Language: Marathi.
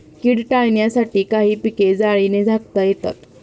कीड टाळण्यासाठी काही पिके जाळीने झाकता येतात